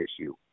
issue